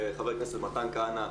וחבר הכנסת מתן כהנא,